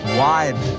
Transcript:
wide